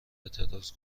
اعتراض